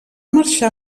marxar